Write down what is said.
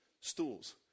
stools